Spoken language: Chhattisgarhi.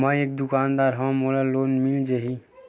मै एक दुकानदार हवय मोला लोन मिल जाही?